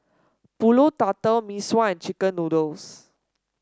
pulut tatal Mee Sua and chicken noodles